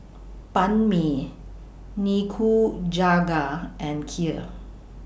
Banh MI Nikujaga and Kheer